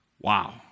Wow